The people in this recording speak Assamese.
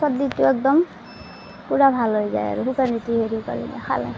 চৰ্দিটো একদম পুৰা ভাল হৈ যায় আৰু শুকান হেৰি ৰুটি হেৰি কৰিলে খালে